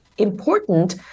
important